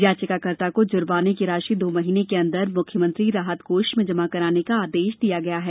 याचिकाकर्ता को जुर्माने की राशि दो महीने के अंदर मुख्यमंत्री राहत कोष में जमा करने का आदेश दिया है